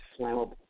flammable